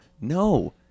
No